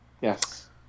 yes